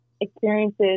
experiences